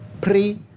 pre